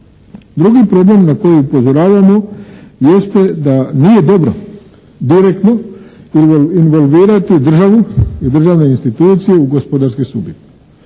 Drugi problem na koji upozoravamo jeste da nije dobro direktno involvirati državu i državne institucije u gospodarske subjekte.